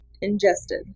Ingested